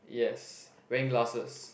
yes wearing glasses